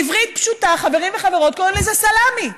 בעברית פשוטה, חברים וחברות, קוראים לזה סלמי.